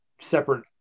separate